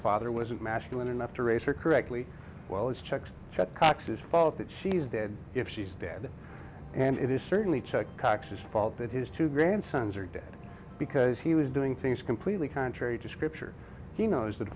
father wasn't masculine enough to raise her correctly while it's checked that cox is fault that she's dead if she's dead and it is certainly checked cox's fault that his two grandsons are dead because he was doing things completely contrary to scripture he knows that